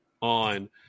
on